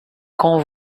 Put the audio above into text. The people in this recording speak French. qu’on